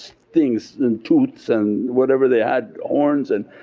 things and tooths and whatever they had horns and